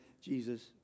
Jesus